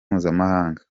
mpuzamahanga